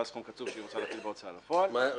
על סכום קצוב שהיא רוצה להפעיל בהוצאה לפועל --- רגע,